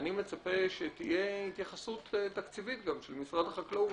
- אני מצפה שתהיה גם התייחסות תקציבית של משרד החקלאות,